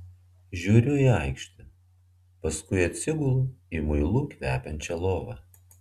žiūriu į aikštę paskui atsigulu į muilu kvepiančią lovą